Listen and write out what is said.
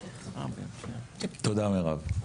תודה, מירב.